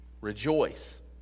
Rejoice